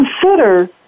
consider